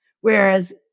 Whereas